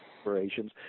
operations